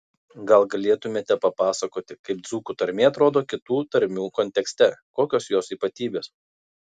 gal galėtumėte papasakoti kaip dzūkų tarmė atrodo kitų tarmių kontekste kokios jos ypatybės